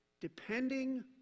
depending